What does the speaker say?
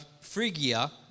Phrygia